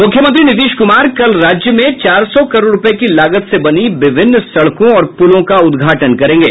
मुख्यमंत्री नीतीश कुमार कल राज्य में चार सौ करोड़ रूपये की लागत से बनी विभिन्न सड़कों और पुलों का उद्घाटन करेंगे